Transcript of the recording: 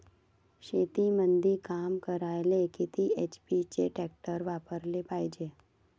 शेतीमंदी काम करायले किती एच.पी चे ट्रॅक्टर वापरायले पायजे?